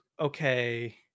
okay